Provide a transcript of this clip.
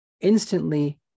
instantly